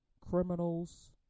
criminals